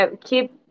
keep